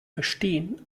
verstehen